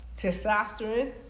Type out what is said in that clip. testosterone